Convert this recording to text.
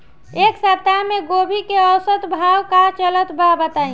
एक सप्ताह से गोभी के औसत भाव का चलत बा बताई?